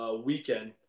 weekend